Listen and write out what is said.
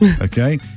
okay